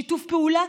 שיתוף פעולה.